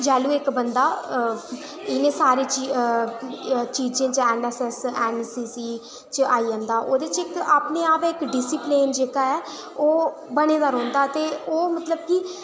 जिसलै इक बंदा इ'नें सारें च चीज़ें च जि'यां एनएसएस जां एनसीसी च आई जंदा ओह्दे च जेह्का अपने आप इक डीसिप्लन जेह्का ऐ ओह् बने दा रौंह्दा ते ओह् मतलब कि